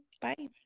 bye